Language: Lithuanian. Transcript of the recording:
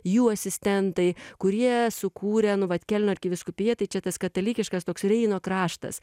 jų asistentai kurie sukūrė nu vat kelno arkivyskupiją tai čia tas katalikiškas toks reino kraštas